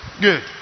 Good